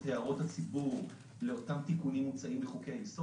הערות הציבור לאותם תיקונים מוצעים בחוקי-היסוד.